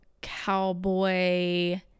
cowboy